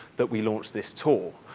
that we launch this tour.